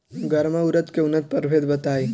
गर्मा उरद के उन्नत प्रभेद बताई?